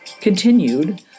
continued